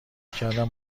کردم